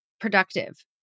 productive